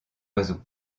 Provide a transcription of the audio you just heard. oiseaux